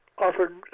offered